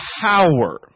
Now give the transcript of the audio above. power